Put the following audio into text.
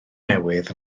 newydd